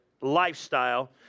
lifestyle